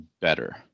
better